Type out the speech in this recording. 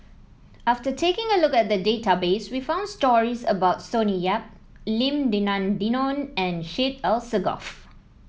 after taking a look at the database we found stories about Sonny Yap Lim Denan Denon and Syed Alsagoff